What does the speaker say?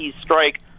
strike